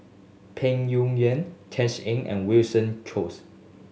Peng Yuyun Tisa Ng and Winston Choos